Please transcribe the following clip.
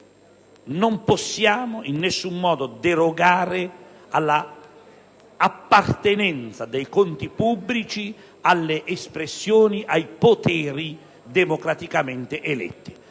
non possiamo in alcun modo derogare dal principio dell'appartenenza dei conti pubblici alle espressioni, ai poteri democraticamente eletti.